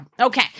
Okay